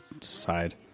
side